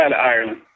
Ireland